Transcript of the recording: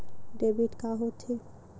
Debit का होथे?